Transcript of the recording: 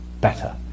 better